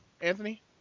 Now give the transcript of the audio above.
Anthony